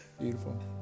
Beautiful